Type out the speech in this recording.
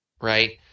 Right